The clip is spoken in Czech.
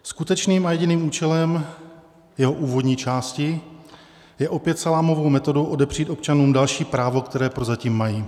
Skutečným a jediným účelem jeho úvodní části je opět salámovou metodou odepřít občanům další právo, které prozatím mají.